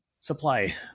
supply